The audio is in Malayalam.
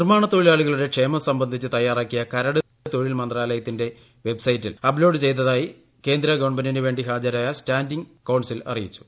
നിർമാണത്തൊഴിലാളികളുടെ ക്ഷേമം സംബന്ധിച്ച് തയ്യാറാക്കിയ കരട് തൊഴിൽ മന്ത്രാലയത്തിന്റെ വെബ്സൈറ്റിൽ അപ്ലോഡ് ചെയ്തതായി കേന്ദ്ര ഗവൺമെന്റിന് വേണ്ടി ഹാജരായ സ്റ്റാൻഡിങ് കോൺസിൽ അറയിച്ചു